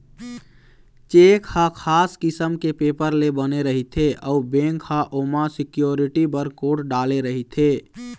cheque ह खास किसम के पेपर ले बने रहिथे अउ बेंक ह ओमा सिक्यूरिटी बर कोड डाले रहिथे